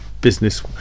business